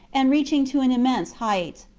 and reach ing to an immense height.